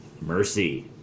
mercy